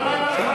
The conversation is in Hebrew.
כל הלילה לפנינו.